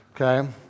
okay